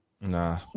Nah